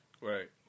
Right